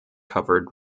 covered